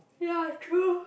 ya true